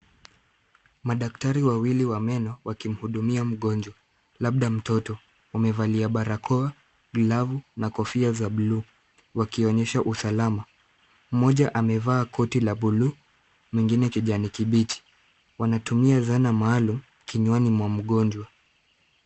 Madaktari wawili wa meno, wakimhudumia mgonjwa, labda mtoto. Wamevalia barakoa, glavu na kofia za buluu wakionyesha usalama. Mmoja amevaa koti la buluu, mwingine kijani kibichi. Wanatumia zana maalum kinywani mwa mgonjwa.